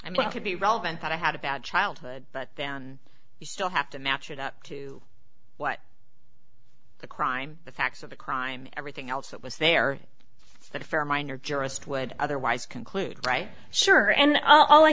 could be relevant that i had a bad childhood but then you still have to match it up to what the crime the facts of the crime everything else that was there but for a minor jurist would otherwise conclude right sure and all i